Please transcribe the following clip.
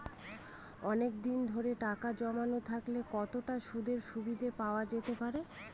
অনেকদিন ধরে টাকা জমানো থাকলে কতটা সুদের সুবিধে পাওয়া যেতে পারে?